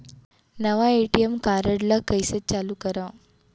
नवा ATM card ल कइसे चालू करव?